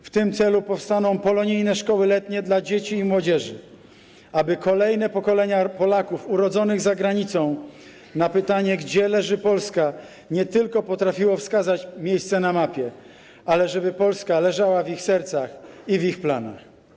W tym celu powstaną polonijne szkoły letnie dla dzieci i młodzieży, aby kolejne pokolenia Polaków urodzonych za granicą na pytanie, gdzie leży Polska, nie tylko potrafiły wskazać miejsce na mapie, ale żeby Polska leżała w ich sercach i w ich planach.